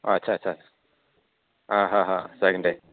आत्सा आत्सा आह हा हा हा जागोन दे